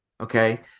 Okay